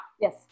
Yes